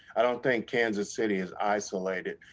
i don't think kansas city is isolated.